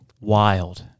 wild